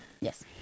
Yes